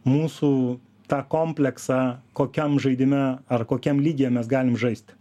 mūsų tą kompleksą kokiam žaidime ar kokiam lygyje mes galime žaisti